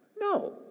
No